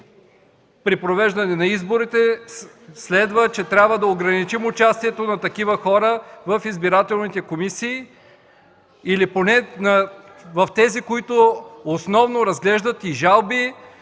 при провеждане на изборите, следва, че трябва да ограничим участието на такива хора в избирателните комисии или поне в тези, които основно разглеждат жалби